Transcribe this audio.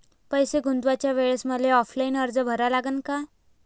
पैसे गुंतवाच्या वेळेसं मले ऑफलाईन अर्ज भरा लागन का?